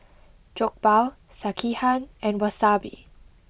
Jokbal Sekihan and Wasabi